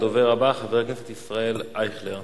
הדובר הבא, חבר הכנסת ישראל אייכלר,